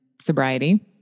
sobriety